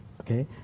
okay